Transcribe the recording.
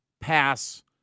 pass